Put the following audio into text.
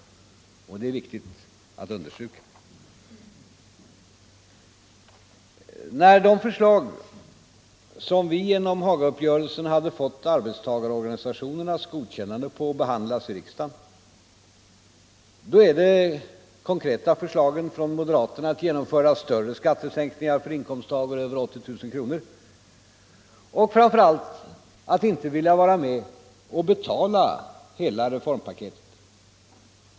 Det är viktigt att understryka detta. När de förslag som vi genom Hagauppgörelsen har fått arbetstagarorganisationernas godkännande av behandlas i riksdagen, är de konkreta förslagen från moderaterna att genomföra större skattesänkningar för inkomsttagare över 80 000 kronor och framför allt att inte vilja vara med och betala hela reformpaketet.